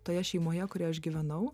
toje šeimoje kurioj aš gyvenau